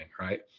right